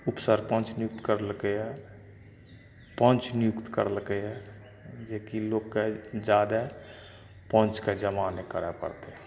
उप सरपञ्च नियुक्त करलकैया पञ्च नियुक्त करलकैया जेकि लोकके जादे पञ्चके जमा नहि करए पड़तै